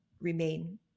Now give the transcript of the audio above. remain